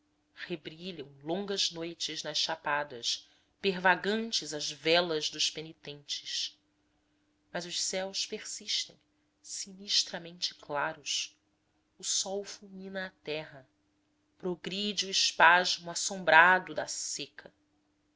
rebrilham longas noites nas chapadas pervagantes as velas dos penitentes mas os céus persistem sinistramente claros o sol fulmina a terra progride o espasmo assombrador da seca